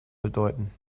bedeuten